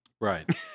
Right